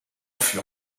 fut